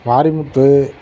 Marimuthu